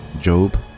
Job